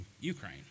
Ukraine